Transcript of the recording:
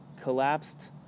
collapsed